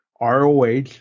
ROH